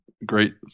great